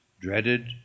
dreaded